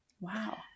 Wow